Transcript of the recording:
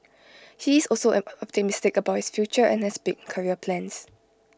he is also optimistic about his future and has big career plans